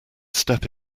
step